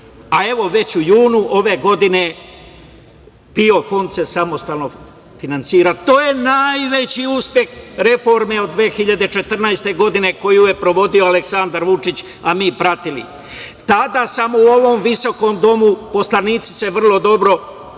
a evo već u junu ove godine, PIO fond se samostalno finansira. To je najveći uspeh reforme od 2014. godine koju je sprovodio Aleksandar Vučić a mi pratili. Tada sam u ovo visokom domu, poslanici se vrlo dobro sećaju,